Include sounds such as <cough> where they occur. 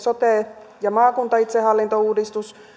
<unintelligible> sote ja maakuntaitsehallintouudistus